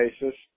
basis